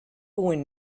when